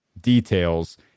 details